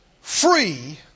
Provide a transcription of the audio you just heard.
free